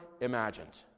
imagined